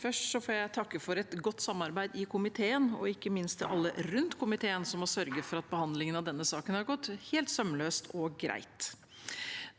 Først vil jeg takke for et godt samarbeid i komiteen, og ikke minst vil jeg takke alle rundt komiteen, som har sørget for at behandlingen av denne saken har gått helt sømløst og greit.